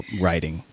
writing